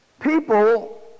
people